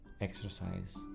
exercise